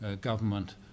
government